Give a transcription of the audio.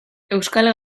euskal